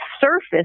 surface